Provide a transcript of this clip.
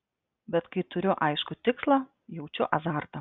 bet kai turiu aiškų tikslą jaučiu azartą